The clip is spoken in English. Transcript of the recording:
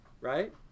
right